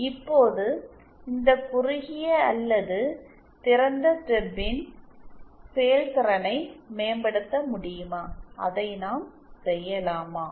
இப்போது இந்த குறுகிய அல்லது திறந்த ஸ்டபின் செயல்திறனை மேம்படுத்த முடியுமா அதை நாம் செய்யலாமா